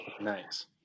Nice